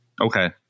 okay